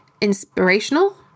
inspirational